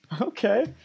Okay